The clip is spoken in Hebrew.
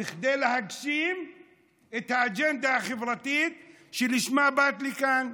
את הגשמת האג'נדה החברתית שלשמה באת לכאן.